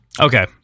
Okay